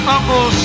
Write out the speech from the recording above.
Uncle